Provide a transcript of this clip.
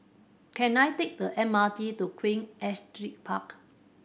can I take the M R T to Queen Astrid Park